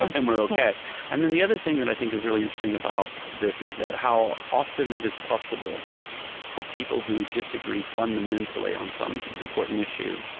ah then we're ok and then the other thing that i think is really interesting about this is that how often it is possible for people who disagree fundamentally on some important issue,